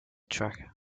track